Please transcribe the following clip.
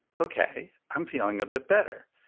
ok, i'm feeling a bit better,